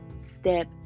step